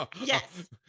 Yes